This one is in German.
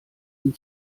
ihn